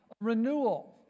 Renewal